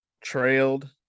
trailed